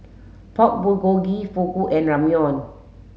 Pork Bulgogi Fugu and Ramyeon